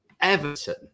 Everton